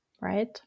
right